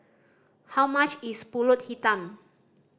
how much is Pulut Hitam